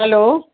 hello